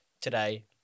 today